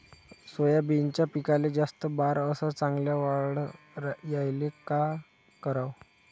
सोयाबीनच्या पिकाले जास्त बार अस चांगल्या वाढ यायले का कराव?